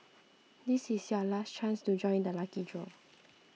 this is your last chance to join the lucky draw